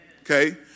okay